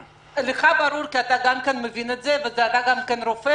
לך ברור כי אתה גם כן מבין את זה ואתה גם רופא,